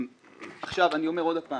עכשיו, אני אומר שוב,